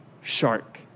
shark